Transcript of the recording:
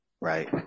Right